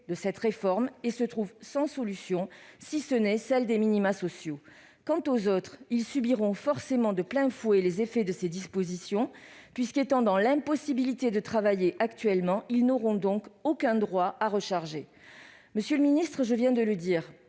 de cette réforme, et se trouvent sans solution, si ce n'est celle des minima sociaux. Quant aux autres, ils subiront forcément de plein fouet les effets de ces dispositions : comme ils sont dans l'impossibilité de travailler actuellement, ils n'auront donc aucun droit à recharger. Monsieur le secrétaire